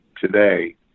today